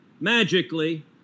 magically